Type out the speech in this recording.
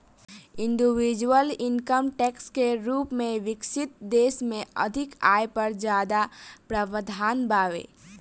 individual income tax के रूप में विकसित देश में अधिक आय पर ज्यादा प्रावधान बावे